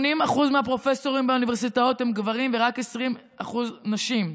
80% מהפרופסורים באוניברסיטאות הם גברים ורק 20% נשים.